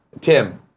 Tim